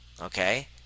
Okay